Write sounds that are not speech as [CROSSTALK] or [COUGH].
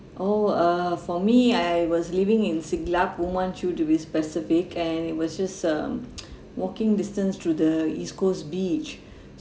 oh uh for me I was living in siglap to be specific and it was just um [NOISE] walking distance to the east coast beach [BREATH]